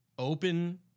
open